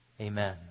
Amen